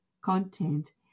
content